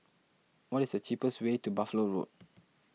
what is the cheapest way to Buffalo Road